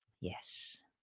Yes